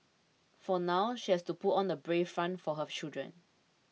for now she has to put on a brave front for her children